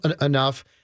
enough